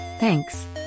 Thanks